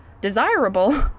desirable